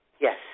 Yes